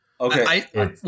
Okay